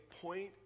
point